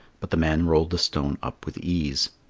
but the man rolled the stone up with ease.